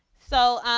so,